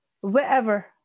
Wherever